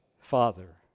Father